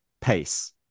pace